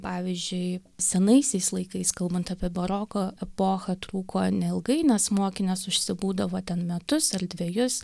pavyzdžiui senaisiais laikais kalbant apie baroko epochą truko neilgai nes mokinės užsibūdavo ten metus ar dvejus